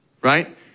right